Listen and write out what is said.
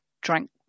drank